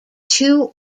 two